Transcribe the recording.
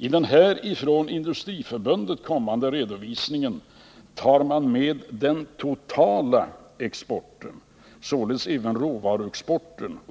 I redovisningen från Industriförbundet tar man med den totala exporten, således även råvaruexporten —